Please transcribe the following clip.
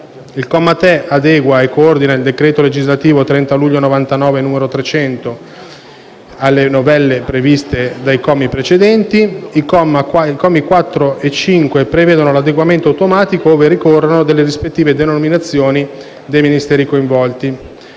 Il comma 3 adegua e coordina il decreto legislativo 30 luglio 1999, n. 300, alle novelle previste dai commi precedenti. I commi 4 e 5 prevedono l'adeguamento automatico, ovunque ricorrano, delle rispettive denominazioni dei Ministeri coinvolti.